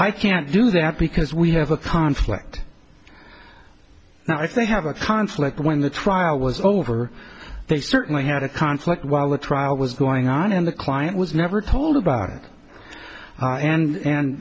i can't do that because we have a conflict i think have a conflict when the trial was over they certainly had a conflict while the trial was going on in the client was never told about it and